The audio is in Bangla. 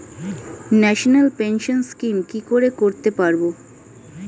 ন্যাশনাল পেনশন স্কিম কি করে করতে পারব?